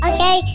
Okay